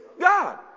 God